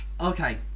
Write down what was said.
Okay